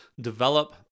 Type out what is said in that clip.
develop